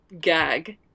gag